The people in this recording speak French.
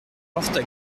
porte